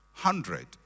Hundred